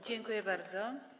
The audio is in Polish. Dziękuję bardzo.